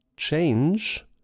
change